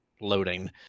loading